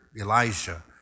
Elijah